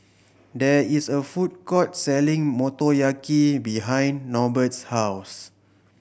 there is a food court selling Motoyaki behind Norbert's house